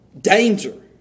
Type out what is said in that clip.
Danger